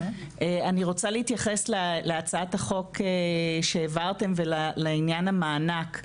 אני רוצה להתייחס להצעה את החוק שהעברתם ולעניין המענק.